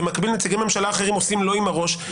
במקביל נציגי ממשלה אחרים עושים "לא" עם הראש.